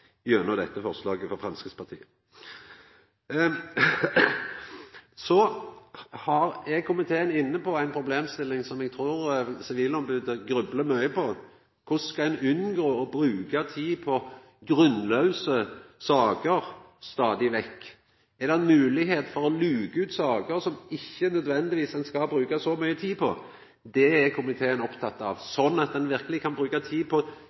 gjennom dette forslaget frå Framstegspartiet. Så er komiteen inne på ei problemstilling som eg trur sivilombodet grublar mykje på, og det er korleis ein skal unngå å bruka tid på grunnlause saker stadig vekk. Er det mogleg å luka ut saker som ein ikkje nødvendigvis skal bruka så mykje tid på – det er komiteen oppteken av – sånn at ein verkeleg kan bruka tid på